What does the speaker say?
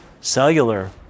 cellular